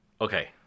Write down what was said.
okay